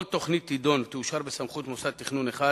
כל תוכנית תידון ותאושר בסמכות מוסד תכנון אחד,